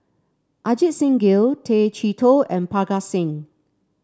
Ajit Singh Gill Tay Chee Toh and Parga Singh